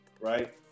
right